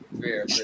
Fair